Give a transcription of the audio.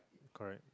correct